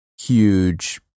huge